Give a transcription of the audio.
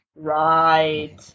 Right